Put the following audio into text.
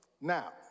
Now